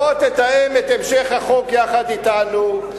בוא תתאם את המשך החוק יחד אתנו,